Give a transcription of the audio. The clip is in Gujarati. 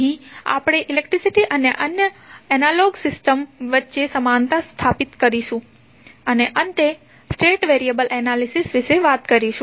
અહીં આપણે ઇલેક્ટ્રિસીટી અને અન્ય એનાલોગસ સિસ્ટમ્સ વચ્ચે સમાનતા સ્થાપિત કરીશું અને અંતે સ્ટેટ વેરીએબલ એનાલિસિસ વિશે વાત કરીશું